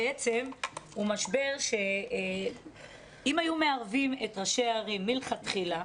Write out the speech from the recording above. הוא משבר שאם היו מערבים את ראשי הערים מלכתחילה,